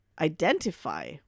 identify